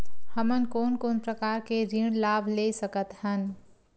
हमन कोन कोन प्रकार के ऋण लाभ ले सकत हन?